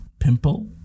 Pimple